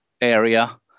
area